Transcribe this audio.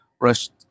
rushed